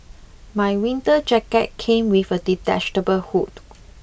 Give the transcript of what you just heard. my winter jacket came with a detachable hood